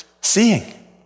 seeing